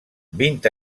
vint